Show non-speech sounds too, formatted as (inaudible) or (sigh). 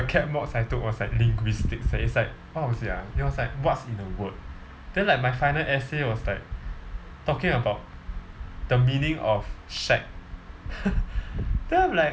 cap mods I took was like linguistic eh it's like what was it ah it was like what's in a word then like my final essay was like talking about the meaning of shag (laughs) then I'm like